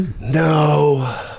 No